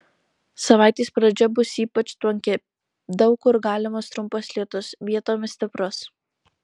savaitės pradžia bus ypač tvanki daug kur galimas trumpas lietus vietomis stiprus